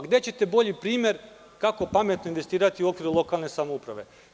Gde ćete bolji primer kako pametno investirati u lokalne samouprave?